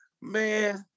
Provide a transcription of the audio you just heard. man